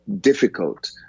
difficult